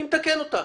אני מתקן אותה.